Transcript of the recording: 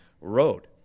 road